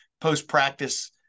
post-practice